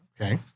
Okay